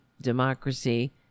democracy